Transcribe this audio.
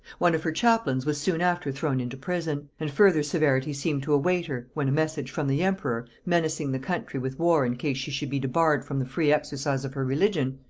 one of her chaplains was soon after thrown into prison and further severities seemed to await her, when a message from the emperor, menacing the country with war in case she should be debarred from the free exercise of her religion,